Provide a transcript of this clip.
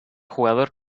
jugador